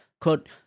Quote